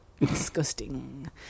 Disgusting